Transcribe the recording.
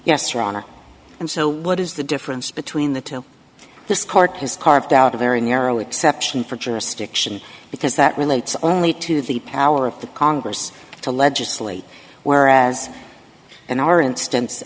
yes or honor and so what is the difference between the two this court has carved out a very narrow exception for jurisdiction because that relates only to the power of the congress to legislate whereas in our instance